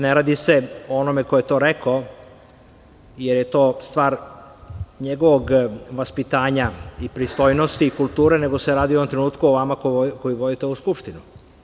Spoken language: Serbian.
Ne radi se o onome ko je to rekao, jer je to stvar njegovog vaspitanja, pristojnosti i kulture, nego se radi u ovom trenutku o vama koji vodite ovu Skupštinu.